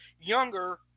younger